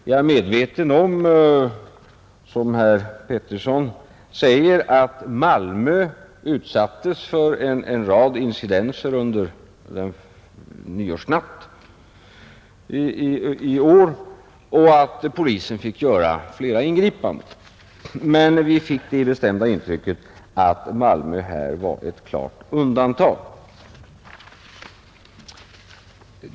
Jag är medveten om att Malmö, som herr Petersson i Röstånga påminde om, utsattes för en rad incidenter under nyårsnatten i år och att polisen fick göra flera ingripanden, Men vi fick det bestämda intrycket att Malmö var ett klart undantag.